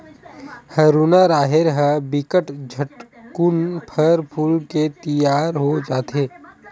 हरूना राहेर ह बिकट झटकुन फर फूल के तियार हो जथे